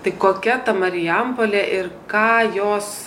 tai kokia ta marijampolė ir ką jos